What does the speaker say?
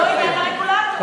היא לא עניין לרגולטור.